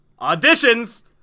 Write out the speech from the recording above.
Auditions